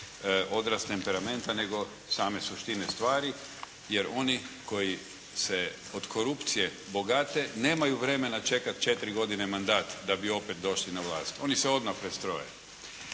odraz temperamenta nego same suštine stvari jer oni koji se od korupcije bogate nemaju vremena čekati 4 godine mandata da bi opet došli na vlast. Oni se odmah prestroje.